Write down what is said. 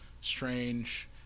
strange